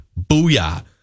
booyah